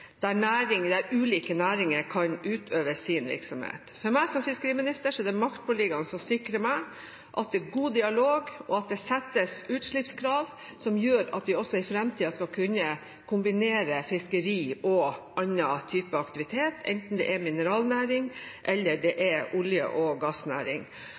der ulike næringer kan utøve sin virksomhet. For meg som fiskeriminister er det maktpåliggende å sikre at det er god dialog, og at det settes utslippskrav som gjør at vi også i framtiden skal kunne kombinere fiskeri og annen type aktivitet, enten det er mineralnæring eller olje- og gassnæring. Representanten er opptatt av Finnmark. Det er jeg også i særdeleshet, og